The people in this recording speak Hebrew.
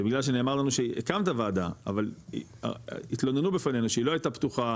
ובגלל שנאמר לנו שהקמת ועדה אבל התלוננו בפנינו שהיא לא הייתה פתוחה,